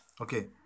Okay